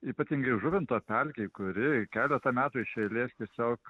ypatingai žuvinto pelkė kuri keletą metų iš eilės tiesiog